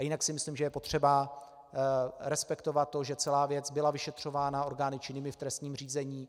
Jinak si myslím, že je potřeba respektovat to, že celá věc byla vyšetřována orgány činnými v trestním řízení.